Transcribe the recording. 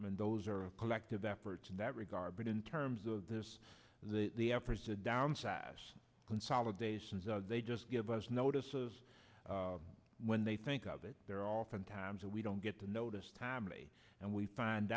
and those are collective efforts in that regard but in terms of this the the efforts to downsize consolidations are they just give us notices when they think of it there are often times that we don't get the notice timely and we find